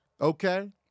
okay